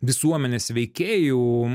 visuomenės veikėjų